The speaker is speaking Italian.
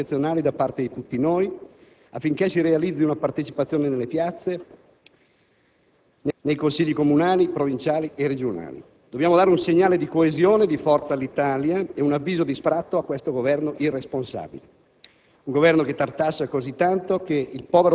Per questo, a maggior ragione, occorre un impegno e uno sforzo eccezionali da parte di tutti noi affinché si realizzi una partecipazione nelle piazze, nei consigli comunali, provinciali e regionali. Dobbiamo dare un segnale di coesione e di forza all'Italia e un avviso di sfratto a questo Governo irresponsabile.